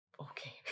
okay